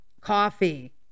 Coffee